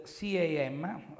CAM